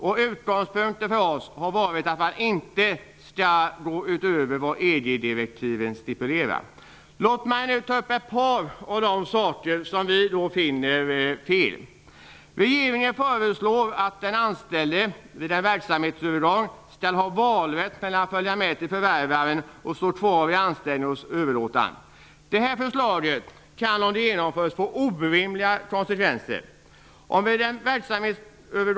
Vår utgångspunkt har varit att vi inte skall gå utöver vad EG-direktiven stipulerar. Låt mig nu ta upp ett par av de saker som vi anser är fel. Regeringen förslår att den anställde vid en verksamhetsövergång skall ha valrätt mellan att följa med till förvärvaren och att vara kvar i anställning hos överlåtaren. Det här förslaget kan få orimliga konsekvenser om det genomförs.